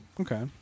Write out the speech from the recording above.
okay